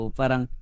parang